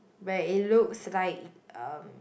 where it looks like um